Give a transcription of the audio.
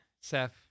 Seth